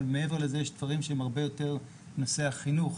אבל מעבר לזה יש דברים בנושא החינוך,